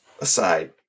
aside